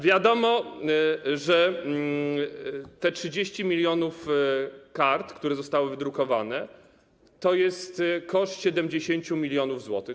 Wiadomo, że te 30 mln kart, które zostały wydrukowane, to jest koszt 70 mln zł.